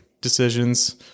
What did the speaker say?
decisions